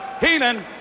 Heenan